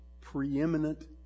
preeminent